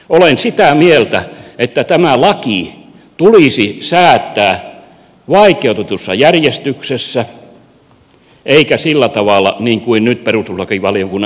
olen sitä mieltä että tämä laki tulisi säätää vaikeutetussa järjestyksessä eikä sillä tavalla niin kuin nyt perustuslakivaliokunnan enemmistö on tulkinnut